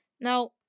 now